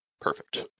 Perfect